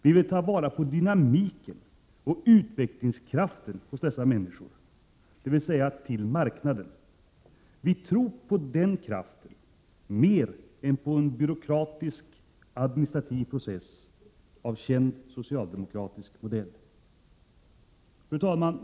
Vi vill ta vara på dynamiken och utvecklingskraften hos dessa människor, dvs. hos marknaden. Vi tror på den kraften mer än på en byråkratisk administrativ process av känd socialdemokratisk modell. Fru talman!